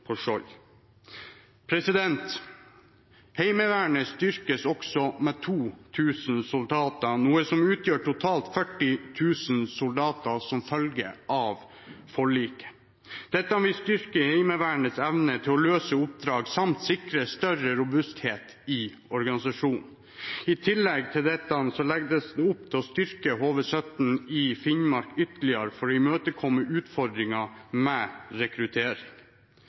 Heimevernet styrkes også med 2 000 soldater, noe som utgjør totalt 40 000 soldater, som følge av forliket. Dette vil styrke Heimevernets evne til å løse oppdrag samt sikre større robusthet i organisasjonen. I tillegg til dette legges det opp til å styrke HV-17 i Finnmark ytterligere for å imøtekomme utfordringene med rekruttering.